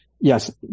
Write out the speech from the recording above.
Yes